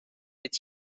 est